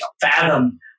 fathom